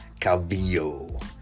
Calvillo